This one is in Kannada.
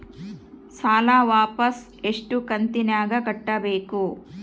ಸಾಲ ವಾಪಸ್ ಎಷ್ಟು ಕಂತಿನ್ಯಾಗ ಕಟ್ಟಬೇಕು?